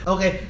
Okay